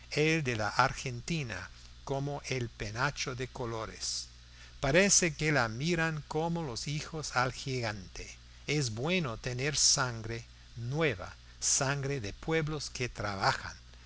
la argentina como el penacho de colores parece que la miran como los hijos al gigante es bueno tener sangre nueva sangre de pueblos que trabajan